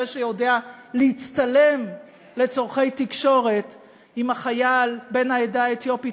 זה שיודע להצטלם לצורכי תקשורת עם החייל בן העדה האתיופית,